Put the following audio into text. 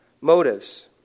motives